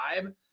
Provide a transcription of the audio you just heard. vibe